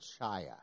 Chaya